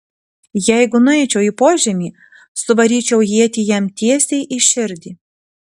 jeigu nueičiau į požemį suvaryčiau ietį jam tiesiai į širdį